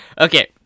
Okay